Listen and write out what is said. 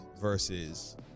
versus